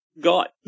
got